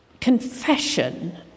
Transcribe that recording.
confession